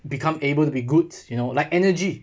become able to be goods you know like energy